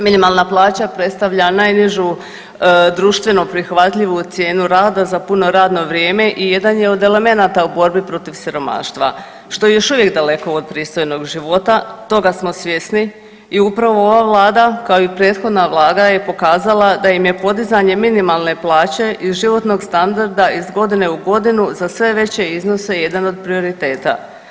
Minimalna plaća predstavlja najnižu društveno prihvatljivu cijenu rada za puno radno vrijeme i jedan je od elemenata u borbi protiv siromaštva što je još uvijek daleko od pristojnog života, toga smo svjesni i upravo ova vlada kao i prethodna vlada je pokazala da im je podizanje minimalne plaće i životnog standarda iz godinu u godinu za sve veće iznose jedan od prioriteta.